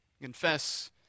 confess